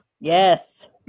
Yes